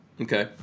okay